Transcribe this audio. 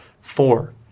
Four